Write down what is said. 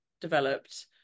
developed